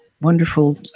wonderful